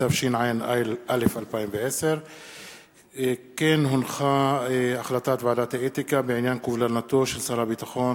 התשע"א 2010. החלטת ועדת האתיקה בעניין קובלנתו של שר הביטחון,